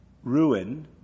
Ruin